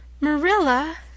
Marilla